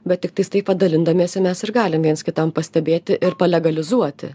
bet tiktais taip va dalindamiesi mes ir galim viens kitam pastebėti ir palegalizuoti